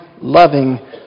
loving